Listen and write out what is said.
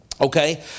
Okay